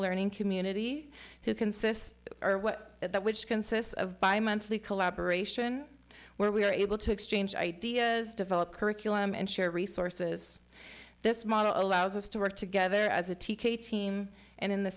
learning community who consists of or what that which consists of bimonthly collaboration where we are able to exchange ideas develop curriculum and share resources this model allows us to work together as a t k team and in the